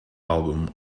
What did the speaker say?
album